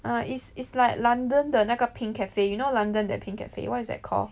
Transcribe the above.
!huh! it's it's like London 的那个 pink cafe you know London that pink cafe what is that call